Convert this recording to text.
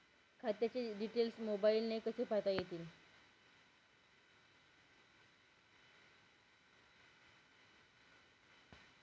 खात्याचे डिटेल्स मोबाईलने कसे पाहता येतील?